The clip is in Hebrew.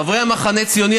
חברי המחנה הציוני,